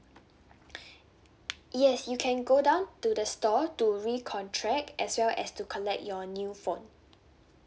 yes you can go down to the store to recontract as well as to collect your new phone